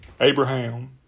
Abraham